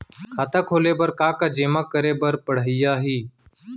खाता खोले बर का का जेमा करे बर पढ़इया ही?